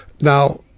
Now